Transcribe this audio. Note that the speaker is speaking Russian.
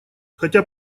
хотя